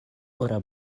ora